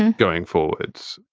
and going forwards,